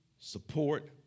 support